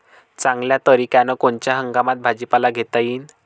चांगल्या तरीक्यानं कोनच्या हंगामात भाजीपाला घेता येईन?